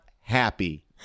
happy